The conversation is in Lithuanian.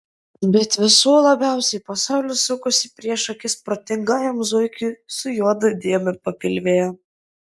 bet visų labiausiai pasaulis sukosi prieš akis protingajam zuikiui su juoda dėme papilvėje